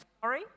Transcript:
sorry